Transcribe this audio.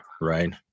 right